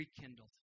rekindled